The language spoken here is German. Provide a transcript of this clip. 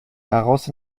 daraus